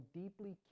deeply